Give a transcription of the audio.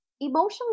emotionally